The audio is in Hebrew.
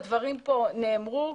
יש בעיה,